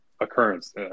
occurrence